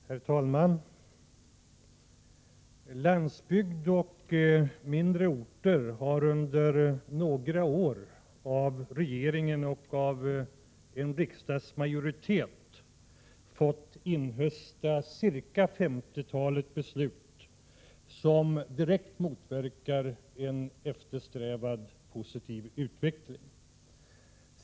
Herr talman! Landsbygd och mindre orter har under några år av regeringen och av en riksdagsmajoritet fått inhösta femtiotalet beslut som direkt motverkar en eftersträvad positiv utveckling.